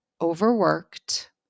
overworked